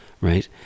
right